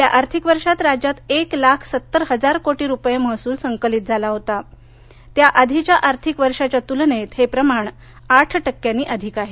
गेल्या आर्थिक वर्षात राज्यात एक लाख सत्तर हजार कोटी रुपये महसूल संकलित झाला होता त्या आधीच्या आर्थिक वर्षाच्या तुलनेत हे प्रमाण आठ टक्क्यांनी अधिक आहे